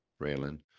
Raylan